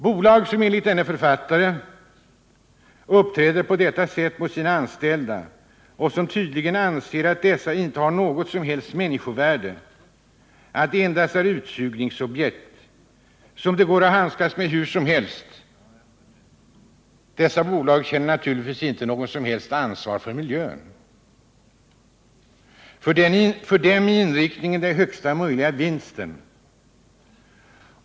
Bolag som enligt denne författare uppträder på detta sätt mot sina anställda och som tydligen anser att dessa inte har något som helst människovärde och att de endast är utsugningsobjekt, som det går att handskas med hur som helst, känner naturligtvis inte något som helst ansvar för miljön. För dem är inriktningen den högsta möjliga vinsten.